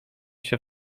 się